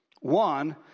One